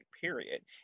period